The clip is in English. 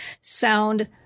sound